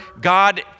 God